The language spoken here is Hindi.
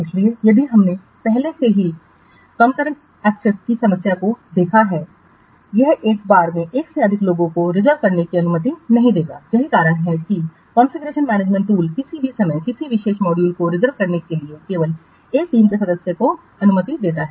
इसलिए क्योंकि हमने पहले से ही कॉन्करेंट एक्सेस की समस्या को देखा है यह एक बार में एक से अधिक लोगों को रिजर्व करने की अनुमति नहीं देगा यही कारण है कि कॉन्फ़िगरेशन मैनेजमेंट टूल किसी भी समय किसी विशेष मॉड्यूल को रिजर्व करने के लिए केवल एक टीम के सदस्य को अनुमति देता है